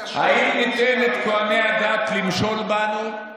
"האם ניתן את כוהני הדת למשול בנו?